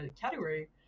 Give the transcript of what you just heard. category